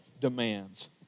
demands